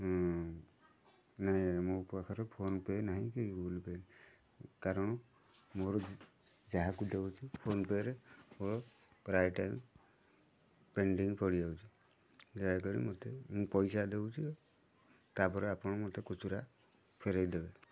ନାଇଁ ଆଜ୍ଞା ମୋ ପାଖରେ ଫୋନ୍ ପେ ନାହିଁ କି ଗୁଗୁଲ୍ ପେ କାରଣ ମୋର ଯାହାକୁ ଦେଉଛି ଫୋନ୍ ପେରେ ମୋର ପ୍ରାୟ ଟାଇମ୍ ପେଣ୍ଡିଙ୍ଗ ପଡ଼ିଯାଉଛି ଦୟାକରି ମୋତେ ମୁଁ ପଇସା ଦେଉଛି ତା'ପରେ ଆପଣ ମୋତେ ଖୁଚୁରା ଫେରାଇ ଦେବେ